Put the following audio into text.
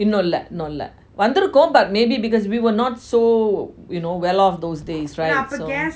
இன்னும் இல்ல இன்னும் இல்ல வந்து இருக்கும்:inum illa inum illa vanthu irukum maybe because we were not so you know well off those days right so